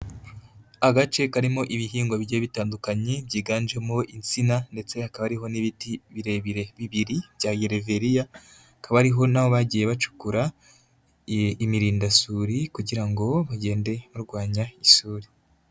Agace karimo ibihingwa bigiye bitandukanye byiganjemo insina ndetse hakaba hariho n'ibiti birebire bibiri bya gereveriya, hakaba hariho naho bagiye bacukura imirindasuri kugira ngo bagende barwanya isuri.